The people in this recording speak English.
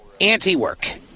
anti-work